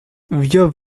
wir